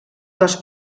cos